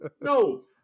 no